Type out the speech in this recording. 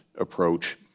approach